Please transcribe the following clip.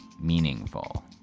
meaningful